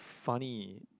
funny